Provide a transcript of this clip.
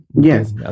Yes